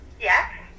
Yes